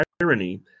irony